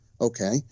okay